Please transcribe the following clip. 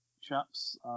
chaps